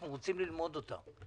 אנחנו רוצים ללמוד אותה.